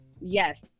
Yes